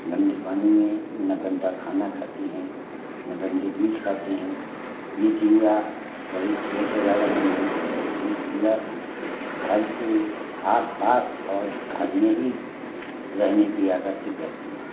गन्दे पानी में न गन्दा खाना खाती हैं न गन्दे बीज खाती हैं यह चिड़िया कभी खेत वग़ैरह में नहीं चुनती है यह चिड़िया घर के आसपास और घर में ही रहने की आकर्षित रहती है